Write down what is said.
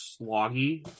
sloggy